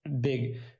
big